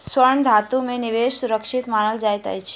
स्वर्ण धातु में निवेश सुरक्षित मानल जाइत अछि